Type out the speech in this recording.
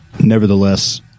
nevertheless